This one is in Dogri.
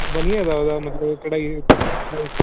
बधिया मतलब कढ़ाई